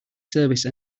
service